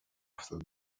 افتاده